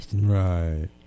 Right